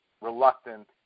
reluctant